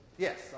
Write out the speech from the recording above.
Yes